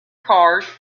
card